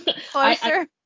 closer